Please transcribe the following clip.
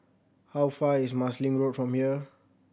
how far is Marsiling Road from here